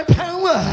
power